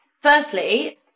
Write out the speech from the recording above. firstly